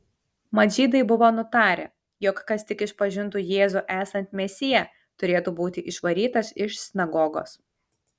mat žydai buvo nutarę jog kas tik išpažintų jėzų esant mesiją turėtų būti išvarytas iš sinagogos